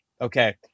okay